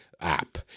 app